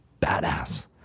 badass